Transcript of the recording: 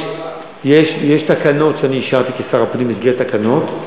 יש תקנות שאני אישרתי כשר הפנים במסגרת תקנות,